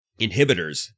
inhibitors